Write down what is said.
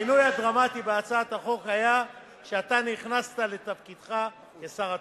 השינוי הדרמטי בהצעת החוק היה כשאתה נכנסת לתפקידך כשר התמ"ת,